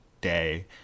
day